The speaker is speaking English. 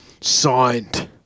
Signed